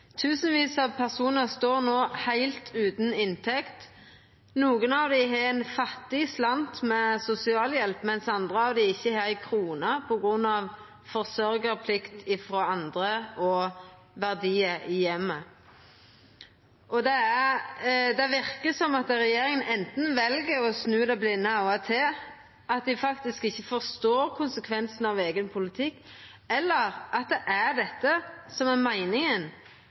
sosialhjelp, mens andre ikkje får ei krone på grunn av forsørgjarplikt frå andre og verdiar i heimen. Det verker som at regjeringa anten vel å snu det blinde auget til, at dei faktisk ikkje forstår konsekvensen av eigen politikk, eller at det er dette som er meininga: